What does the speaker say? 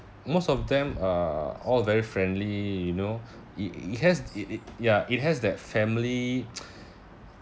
most of them are all very friendly you know it it has it it ya it has that family